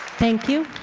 thank you.